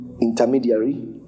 intermediary